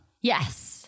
Yes